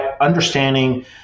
understanding